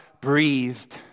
breathed